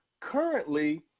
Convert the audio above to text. currently